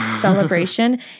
celebration